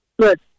Good